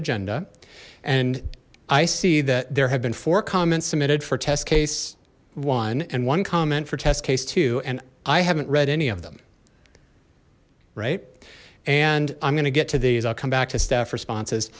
agenda and i see that there have been four comments submitted for test case one and one comment for test case two and i haven't read any of them right and i'm gonna get to these i'll come back to staff responses